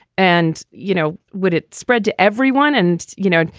and, you know, would it spread to everyone? and, you know,